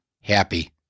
happy